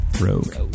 Rogue